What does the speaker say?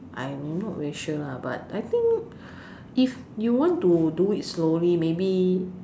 I'm not very sure lah but I think if you want to do it slowly maybe